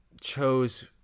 chose